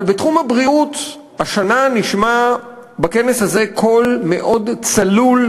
אבל בתחום הבריאות השנה נשמע בכנס הזה קול מאוד צלול,